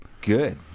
Good